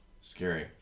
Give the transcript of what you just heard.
Scary